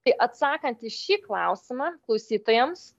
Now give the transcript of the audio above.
tai atsakant į šį klausimą klausytojams